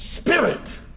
spirit